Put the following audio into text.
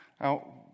Now